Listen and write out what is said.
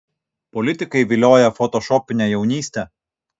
politikai vilioja fotošopine jaunyste